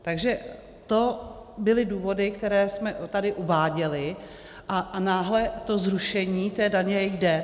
Takže to byly důvody, které jsme tady uváděli a náhle zrušení té daně jde.